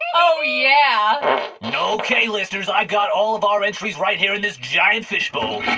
oh, yeah ok, listeners, i've got all of our entries right here in this giant fish bowl.